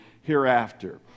hereafter